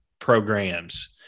programs